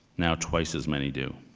now, twice as many do.